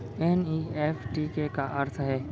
NEFT के का अर्थ है?